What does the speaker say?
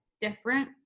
different